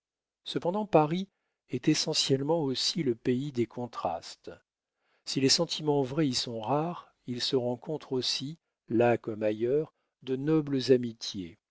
cependant paris est essentiellement aussi le pays des contrastes si les sentiments vrais y sont rares il se rencontre aussi là comme ailleurs de nobles amitiés